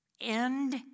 end